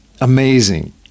Amazing